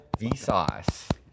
Vsauce